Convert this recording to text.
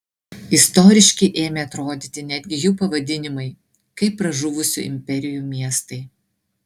istoriški ėmė atrodyti netgi jų pavadinimai kaip pražuvusių imperijų miestai